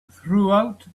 throughout